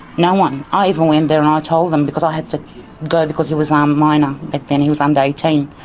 no one. i even went there and i told them because i had to go because he was a um minor like then, he was under eighteen,